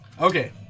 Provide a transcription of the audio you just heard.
Okay